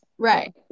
Right